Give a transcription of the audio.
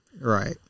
Right